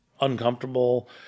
uncomfortable